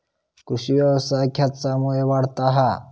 कृषीव्यवसाय खेच्यामुळे वाढता हा?